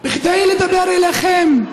כדי לדבר אליכם,